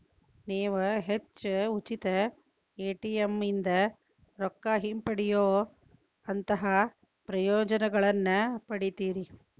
ನೇವು ಹೆಚ್ಚು ಉಚಿತ ಎ.ಟಿ.ಎಂ ಇಂದಾ ರೊಕ್ಕಾ ಹಿಂಪಡೆಯೊಅಂತಹಾ ಪ್ರಯೋಜನಗಳನ್ನ ಪಡಿತೇರಿ